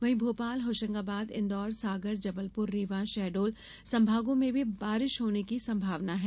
वहीं भोपाल होशंगाबाद इंदौर सागर जबलपुर रीवा शहडोल संभागों में भी बारिश होने की संभावना है